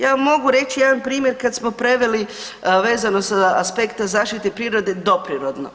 Ja vam mogu reći jedan primjer kad smo preveli vezano sa aspekta zaštite prirode doprirodno.